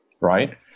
right